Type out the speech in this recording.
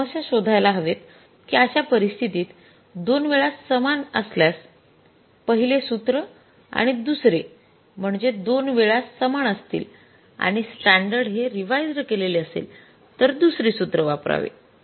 तर आपणास समस्या शोधायला हवेत कि अशा परिस्थिती २ वेळा सामान असल्यास पहिले सूत्र आणि दुसरे म्हणजे २ वेळा सामान असतील आणि स्टॅंडर्ड हे रिवाइज्ड केलेले असेल तर दुसरे सूत्र वापरावे